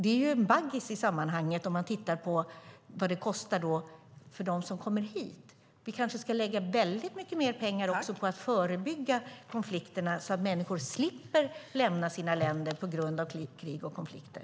Det är en bagatell i sammanhanget med tanke på vad det kostar när flyktingar kommer hit. Vi kanske ska lägga ned mycket mer pengar på att förebygga konflikter så att människor slipper lämna sina länder på grund av krig och konflikter.